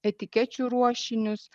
etikečių ruošinius